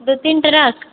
दू तीन ट्रक